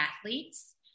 athletes